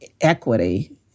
equity